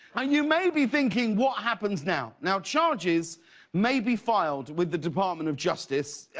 and you may be thinking what happens now. now charges may be filed with the department of justice.